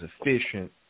efficient